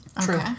True